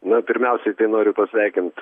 na pirmiausiai tai noriu pasveikint